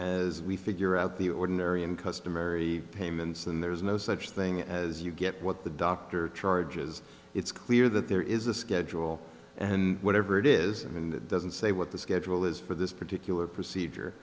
as we figure out the ordinary and customary payments and there's no such thing as you get what the doctor charges it's clear that there is a schedule and whatever it is and doesn't say what the schedule is for this particular procedure